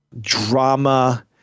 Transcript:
drama